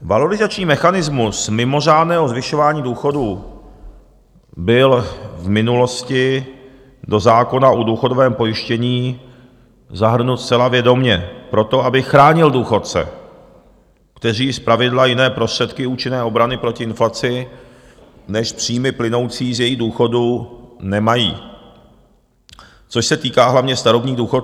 Valorizační mechanismus mimořádného zvyšování důchodů byl v minulosti do zákona o důchodovém pojištění zahrnut zcela vědomě proto, aby chránil důchodce, kteří zpravidla jiné prostředky účinné obrany proti inflaci než příjmy plynoucí z jejich důchodů nemají, což se týká hlavně starobních důchodců.